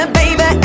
baby